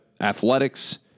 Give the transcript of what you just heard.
Athletics